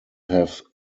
have